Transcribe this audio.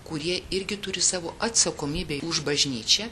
kurie irgi turi savo atsakomybę už bažnyčią